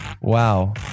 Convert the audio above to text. Wow